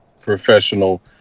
professional